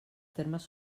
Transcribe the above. termes